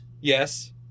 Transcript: Yes